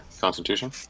Constitution